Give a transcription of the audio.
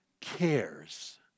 cares